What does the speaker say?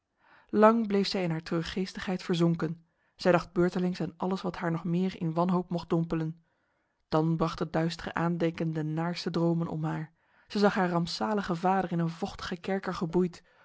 lang bleef zij in haar treurgeestigheid verzonken zij dacht beurtelings aan alles wat haar nog meer in wanhoop mocht dompelen dan bracht het duistere aandenken de naarste dromen om haar zij zag haar rampzalige vader in een vochtige kerker geboeid